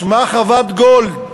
שמה חוות גולד.